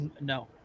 No